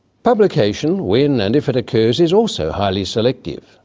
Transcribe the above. publication, when and if it occurs, is also highly selective.